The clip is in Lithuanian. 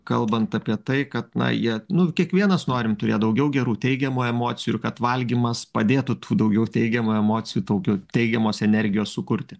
kalbant apie tai kad na jie nu kiekvienas norim turėt daugiau gerų teigiamų emocijų ir kad valgymas padėtų tų daugiau teigiamų emocijų daugiau teigiamos energijos sukurti